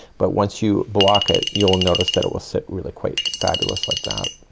but once you block it, you'll notice that it will sit really quite fabulous. like that.